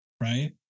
Right